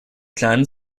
kleinen